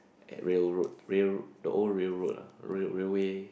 at Rail Road rail the old Rail Road ah rail railway